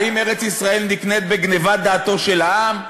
האם ארץ-ישראל נקנית בגנבת דעתו של העם?